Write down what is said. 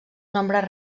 nombres